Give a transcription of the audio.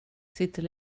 sitter